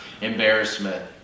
embarrassment